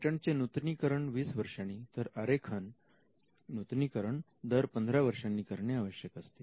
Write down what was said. पेटंटचे नूतनीकरण वीस वर्षांनी तर आरेखन नूतनीकरण दर पंधरा वर्षांनी करणे आवश्यक असते